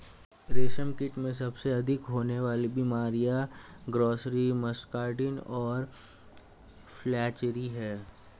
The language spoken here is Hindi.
रेशमकीट में सबसे अधिक होने वाली बीमारियां ग्रासरी, मस्कार्डिन और फ्लैचेरी हैं